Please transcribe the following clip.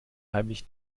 heimlich